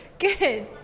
Good